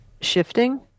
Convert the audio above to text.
shifting